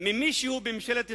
שמישהו בממשלת ישראל,